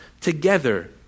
together